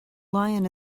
lion